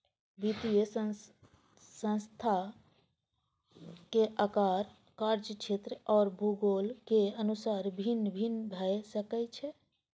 वित्तीय संस्थान आकार, कार्यक्षेत्र आ भूगोलक अनुसार भिन्न भिन्न भए सकै छै